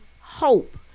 hope